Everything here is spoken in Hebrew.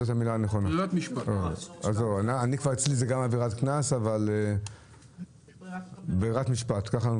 אצלי זה גם עבירת קנס, אבל ברירת משפט.